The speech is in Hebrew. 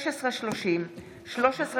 1630/23,